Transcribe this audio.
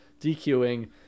DQing